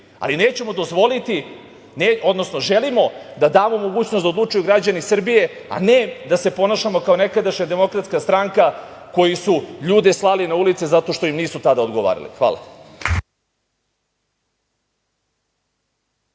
i o „Rio Tintu“, ali želimo da damo mogućnost da odlučuju građani Srbije, a ne da se ponašamo kao nekadašnja Demokratska stranka, koji su ljude slali na ulice zato što im nisu tada odgovarali. Hvala.